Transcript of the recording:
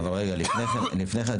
לפני כן,